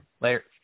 Later